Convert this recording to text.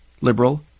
liberal